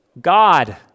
God